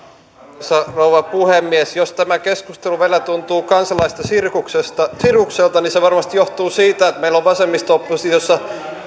arvoisa rouva puhemies jos tämä keskustelu vielä tuntuu kansalaisista sirkukselta niin se varmasti johtuu siitä että meillä on vasemmisto oppositiossa